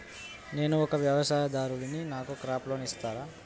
నేను ఒక వ్యవసాయదారుడిని నాకు క్రాప్ లోన్ ఇస్తారా?